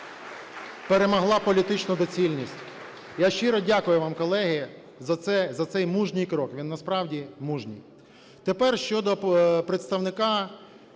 перемогла політичну доцільність. Я щиро вам дякую колеги за цей мужній крок, він насправді мужній.